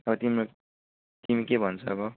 अब तिम्रो तिमी के भन्छौ अब